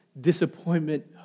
disappointment